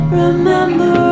remember